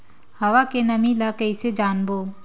हवा के नमी ल कइसे जानबो?